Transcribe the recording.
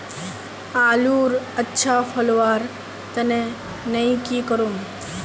आलूर अच्छा फलवार तने नई की करूम?